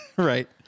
right